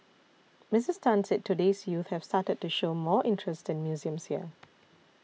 Missus Tan said today's youth have started to show more interest in museums here